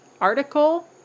article